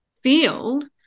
field